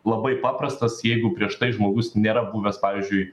labai paprastas jeigu prieš tai žmogus nėra buvęs pavyzdžiui